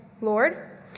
Lord